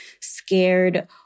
scared